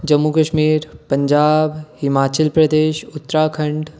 Jammu Kashmir Punjab Himachal Pradesh Uttarakhand